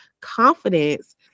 confidence